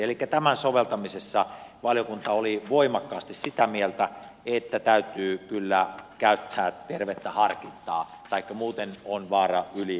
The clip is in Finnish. elikkä tämän soveltamisessa valiokunta oli voimakkaasti sitä mieltä että täytyy kyllä käyttää tervettä harkintaa taikka muuten on vaara ylilyönteihin